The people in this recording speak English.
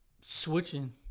switching